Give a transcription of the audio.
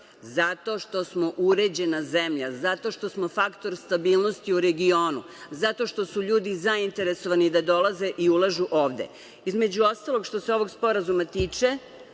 Zato što smo uređenja zemlja, zato što smo faktor stabilnosti u regionu, zato što su ljudi zaintresovani da dolaze i ulažu ovde. Između ostalog, što se tiče ovog sporazuma,